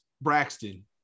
Braxton